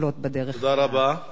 טוב, תודה.